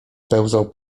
pełzał